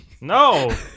No